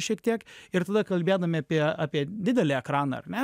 šiek tiek ir tada kalbėdami apie apie didelį ekraną ar ne